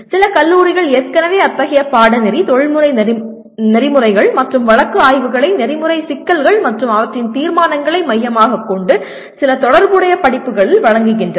சில கல்லூரிகள் ஏற்கனவே அத்தகைய பாடநெறி தொழில்முறை நெறிமுறைகள் மற்றும் வழக்கு ஆய்வுகளை நெறிமுறை சிக்கல்கள் மற்றும் அவற்றின் தீர்மானங்களை மையமாகக் கொண்டு சில தொடர்புடைய படிப்புளில் வழங்குகின்றன